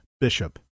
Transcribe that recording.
Bishop